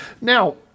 Now